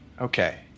Okay